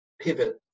pivot